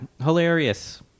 Hilarious